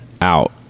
out